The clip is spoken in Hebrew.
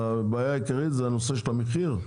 הבעיה העיקרית זה הנושא של המחיר?